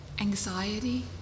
anxiety